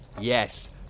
Yes